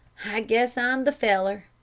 i guess i'm the feller,